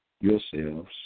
Yourselves